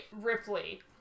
Ripley